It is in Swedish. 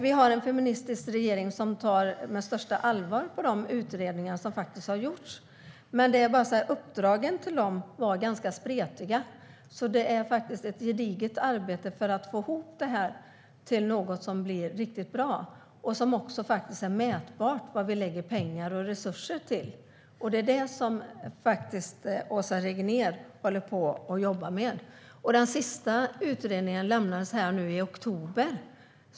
Vi har en feministisk regering som tar de utredningar som faktiskt har gjorts på största allvar. Men uppdragen till dem var ganska spretiga, så det krävs ett gediget arbete för att få ihop det här till något som blir riktigt bra och som också är mätbart när det gäller vad vi lägger pengar och resurser på. Det är det som Åsa Regnér håller på och jobbar med. Den sista utredningen lämnades i oktober.